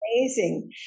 Amazing